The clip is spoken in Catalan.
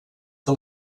que